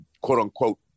quote-unquote